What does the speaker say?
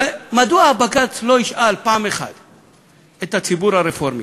מדוע לא ישאל הבג"ץ פעם אחת את הציבור הרפורמי,